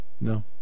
No